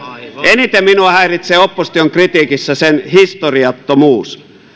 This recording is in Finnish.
eniten minua häiritsee opposition kritiikissä sen historiattomuus